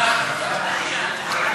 לוועדת הפנים והגנת הסביבה נתקבלה.